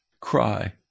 cry